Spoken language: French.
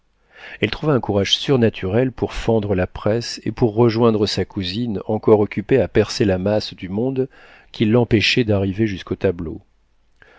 elle trouva un courage surnaturel pour fendre la presse et pour rejoindre sa cousine encore occupée à percer la masse du monde qui l'empêchait d'arriver jusqu'au tableau